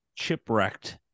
Chipwrecked